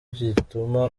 gituma